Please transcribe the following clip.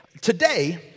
Today